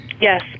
Yes